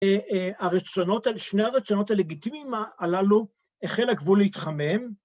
הרצונות האלה, שני הרצונות הלגיטימיים הללו, החל הגבול להתחמם.